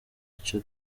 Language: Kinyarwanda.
icyo